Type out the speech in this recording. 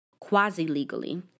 quasi-legally